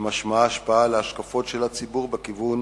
שמשמעה השפעה על ההשקפות של הציבור בכיוון